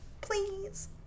please